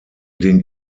den